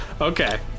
Okay